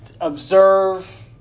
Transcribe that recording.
observe